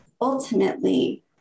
Ultimately